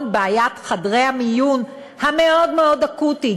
בעיית חדרי המיון המאוד-מאוד אקוטית?